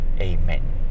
Amen